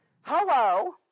Hello